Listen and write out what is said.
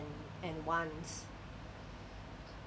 and wants